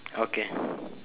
okay